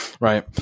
right